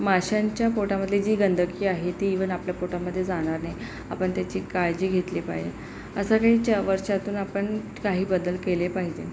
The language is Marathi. माशांच्या पोटामधले जी गंदगी आहे ती ईवन आपल्या पोटामध्ये जाणार नाही आपण त्याची काळजी घेतली पाहिजे असं काही च वर्षातून आपण काही बदल केले पाहिजेत